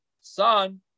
son